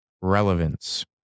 relevance